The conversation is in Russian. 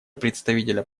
представителя